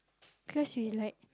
cause we like